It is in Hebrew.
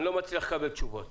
אני לא מצליח לקבל תשובות.